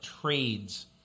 trades